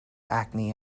acne